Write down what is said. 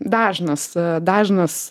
dažnas dažnas